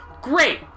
Great